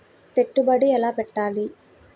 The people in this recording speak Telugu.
పెట్టుబడి ఎలా పెట్టాలి?